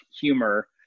humor